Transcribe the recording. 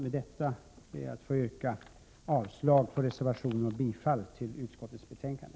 Med det anförda ber jag att få yrka avslag på reservationen och bifall till hemställan i utskottets betänkande.